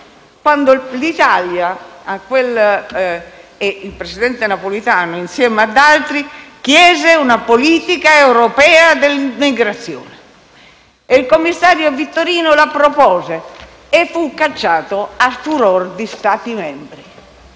quando l'Italia (il presidente Napolitano, insieme ad altri) chiese una politica europea dell'immigrazione. Il commissario Vitorino la propose e fu cacciato a furor di Stati membri.